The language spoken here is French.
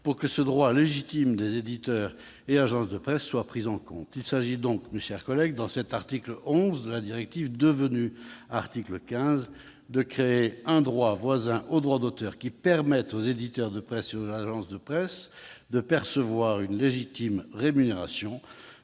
pour que ce droit légitime des éditeurs et agences de presse soit pris en compte. Il s'agit donc, dans l'article 11 de la directive devenu article 15, de créer un droit voisin au droit d'auteur qui permette aux éditeurs et aux agences de presse de percevoir une légitime rémunération,